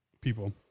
people